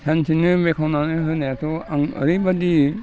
सानसेनो बेखेवनानै होनायाथ' आं ओरैबादि